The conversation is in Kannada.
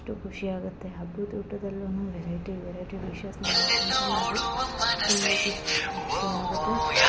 ಅಷ್ಟು ಖುಷಿ ಆಗುತ್ತೆ ಹಬ್ಬದ ಊಟದಲ್ಲುನು ವೆರೈಟಿ ವೆರೈಟಿ ಡಿಷಸ್